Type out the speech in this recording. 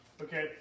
Okay